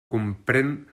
comprén